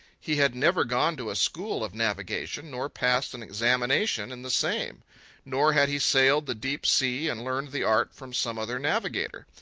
he had never gone to a school of navigation, nor passed an examination in the same nor had he sailed the deep sea and learned the art from some other navigator.